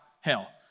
hell